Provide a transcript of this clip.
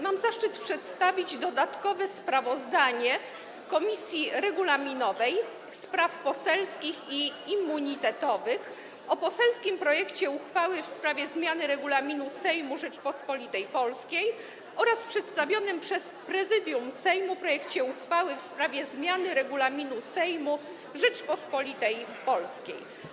Mam zaszczyt przedstawić dodatkowe sprawozdanie Komisji Regulaminowej, Spraw Poselskich i Immunitetowych o poselskim projekcie uchwały w sprawie zmiany Regulaminu Sejmu Rzeczypospolitej Polskiej oraz przedstawionym przez Prezydium Sejmu projekcie uchwały w sprawie zmiany Regulaminu Sejmu Rzeczypospolitej Polskiej.